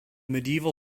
medieval